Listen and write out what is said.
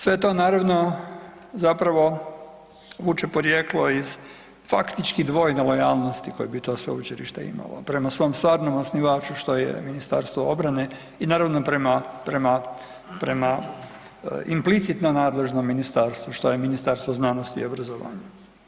Sve to naravno zapravo vuče porijeklo iz faktički dvojne lojalnosti koje bi to sveučilište imalo prema svom stvarnom osnivaču što je Ministarstvo obrane i naravno prema, prema, prema, implicitno nadležnom ministarstvu što je Ministarstvo znanosti i obrazovanja.